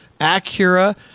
Acura